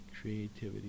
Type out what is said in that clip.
creativity